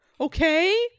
okay